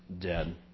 dead